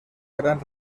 gran